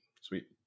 sweet